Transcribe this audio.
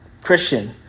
Christian